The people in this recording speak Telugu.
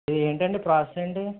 ఏంటండి ప్రోసెస్ ఏంటి